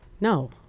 no